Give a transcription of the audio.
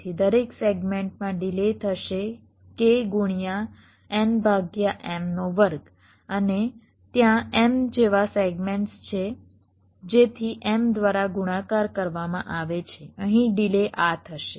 તેથી દરેક સેગમેન્ટમાં ડિલે થશે અને ત્યાં m જેવા સેગમેન્ટ્સ છે જેથી m દ્વારા ગુણાકાર કરવામાં આવે છે અહીં ડિલે આ થશે